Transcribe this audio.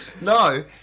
No